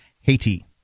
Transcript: Haiti